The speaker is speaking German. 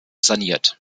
saniert